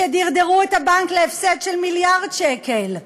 שדרדרו את הבנק להפסד של מיליארד שקל?